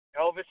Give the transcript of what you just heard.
Elvis